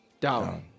down